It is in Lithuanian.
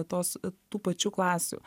tos tų pačių klasių